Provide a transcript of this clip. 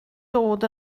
dod